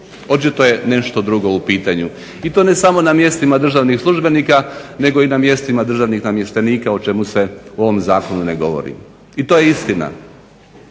Očito je nešto drugo u pitanju. I to ne samo na mjestima državnih službenika nego i na mjestima državnih namještenika o čemu se u ovom zakonu ne govori. I to je istina,